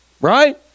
right